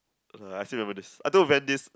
uh I still remember this I told Van this